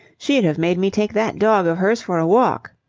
she'd have made me take that dog of hers for a walk.